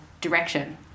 direction